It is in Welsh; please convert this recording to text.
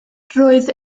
roedd